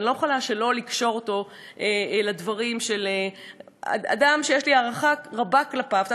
ואני לא יכולה שלא לקשור אותו לדברים של אדם שיש לי הערכה רבה כלפיו,